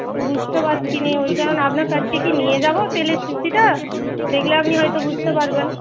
আমি তো বুঝতে পারছি না ওই কারণে আপনার কাছকে কি নিয়ে যাব তেলের শিশিটা দেখলে আপনি হয়তো বুঝতে পারবেন